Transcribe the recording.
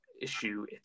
issue